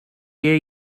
ear